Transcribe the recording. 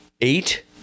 eight